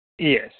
Yes